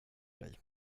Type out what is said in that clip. dig